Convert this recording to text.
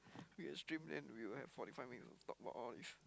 we can stream then we will have forty five minute to talk about all this